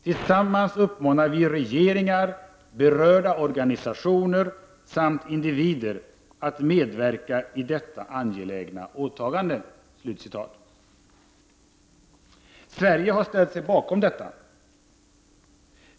Tillsammans uppmanar vi regeringar, berörda organisationer samt individer att medverka i detta angelägna åtagande.” Sverige har ställt sig bakom detta.